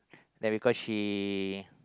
then because she